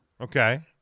Okay